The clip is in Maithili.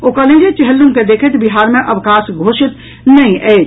ओ कहलनि जे चेहल्लूम के देखैत बिहार मे अवकाश घोषित नहि अछि